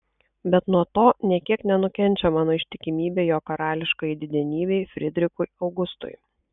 bet nuo to nė kiek nenukenčia mano ištikimybė jo karališkajai didenybei frydrichui augustui